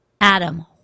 Adam